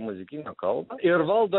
muzikinę kalbą ir valdo